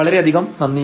വളരെയധികം നന്ദി